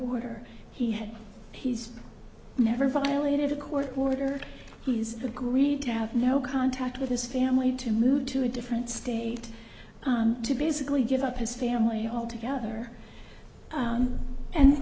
order he had he's never violated a court order he's agreed to have no contact with his family to move to a different state to basically give up his family altogether